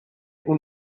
anche